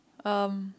um